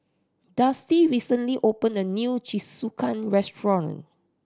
Dusty recently opened a new Jingisukan restaurant